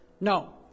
no